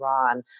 Iran